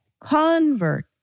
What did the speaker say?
convert